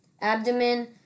Abdomen